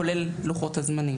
כולל לוחות הזמנים.